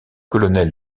colonel